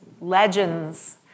legends